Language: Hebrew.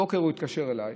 הבוקר הוא התקשר אליי,